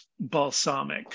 balsamic